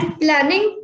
planning